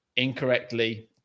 incorrectly